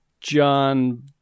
John